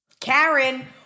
Karen